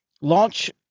launch